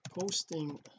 posting